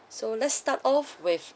so let's start off with